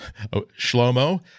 Shlomo